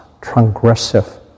transgressive